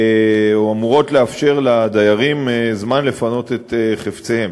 או אמורות לאפשר, לדיירים זמן לפנות את חפציהם.